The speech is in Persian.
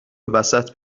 وسط